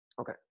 Okay